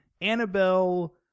Annabelle